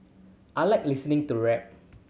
I like listening to rap